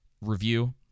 review